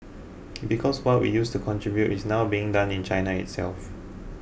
because what we used to contribute is now being done in China itself